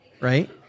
right